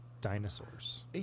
dinosaurs